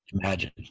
imagine